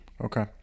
Okay